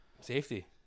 Safety